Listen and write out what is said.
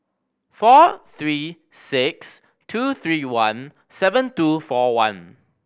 four three six two three one seven two four one